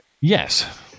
Yes